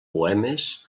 poemes